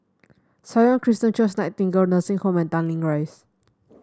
Sion Christian Church Nightingale Nursing Home and Tanglin Rise